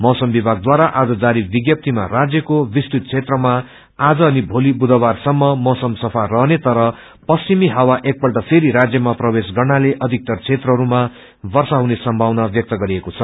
मौसम विभागवारा आज जारी विम्नप्रीमा राष्यक्रे विस्तृत क्षेत्रमा आज अनि भोली दुषवार सम्म मौसमा सफा रहने तर पश्विमी हावा एक पल्ट फेरी राज्यमा प्रवेश गर्नाले अषिकतर क्षेत्रहसमा वर्षाहुने सम्मावना व्यक्त गरिएको छ